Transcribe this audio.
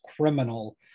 criminal